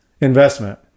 investment